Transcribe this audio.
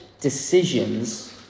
decisions